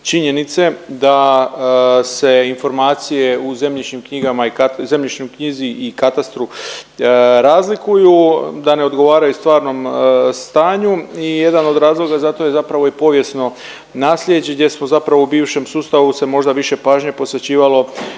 činjenice da se informacije u zemljišnim knjigama i, zemljišnoj knjizi i katastru razlikuju, da ne odgovaraju stvarnom stanju i jedan od razloga za to je zapravo i povijesno naslijeđe gdje smo zapravo u bivšem sustavu se možda više pažnje posvećivalo